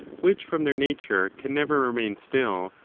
which from their nature can never remain still,